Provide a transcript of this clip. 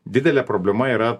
didelė problema yra